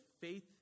faith